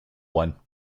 one